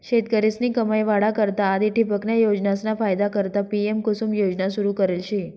शेतकरीस्नी कमाई वाढा करता आधी ठिबकन्या योजनासना फायदा करता पी.एम.कुसुम योजना सुरू करेल शे